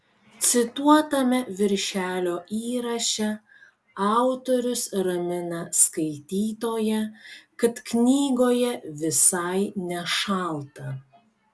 cituotame viršelio įraše autorius ramina skaitytoją kad knygoje visai nešalta